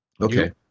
Okay